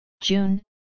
June